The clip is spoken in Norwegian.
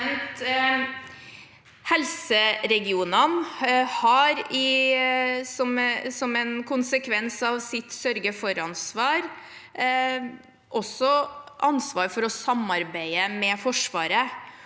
Helseregione- ne har som en konsekvens av sitt sørge-for-ansvar også ansvar for å samarbeide med Forsvaret.